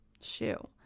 shoe